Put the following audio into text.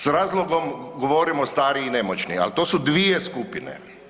S razlogom govorimo stariji i nemoćni, ali to su dvije skupine.